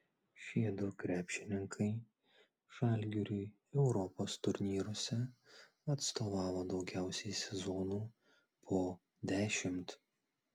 šiedu krepšininkai žalgiriui europos turnyruose atstovavo daugiausiai sezonų po dešimt